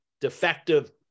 defective